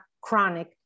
chronic